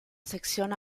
sección